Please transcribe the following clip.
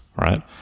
right